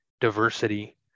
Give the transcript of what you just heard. diversity